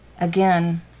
again